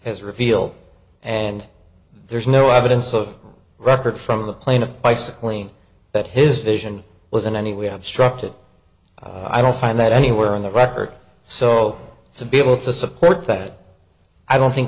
has revealed and there's no evidence of record from the plaintiff bicycling that his vision was in any way obstructed i don't find that anywhere on the record so to be able to support that i don't think